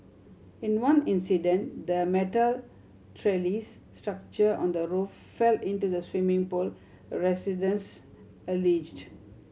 in one incident the metal trellis structure on the roof fell into the swimming pool residents alleged